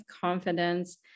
confidence